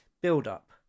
build-up